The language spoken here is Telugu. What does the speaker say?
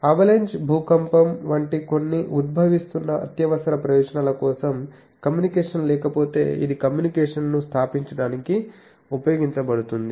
అవలంచ్ భూకంపం వంటి కొన్ని ఉద్భవిస్తున్న అత్యవసర ప్రయోజనాల కోసం కమ్యూనికేషన్ లేకపోతే ఇది కమ్యూనికేషన్ను స్థాపించడానికి ఉపయోగించబడుతుంది